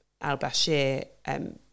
al-Bashir